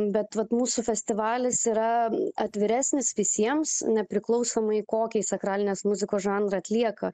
bet vat mūsų festivalis yra atviresnis visiems nepriklausomai kokį sakralinės muzikos žanrą atlieka